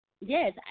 yes